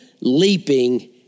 leaping